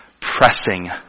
pressing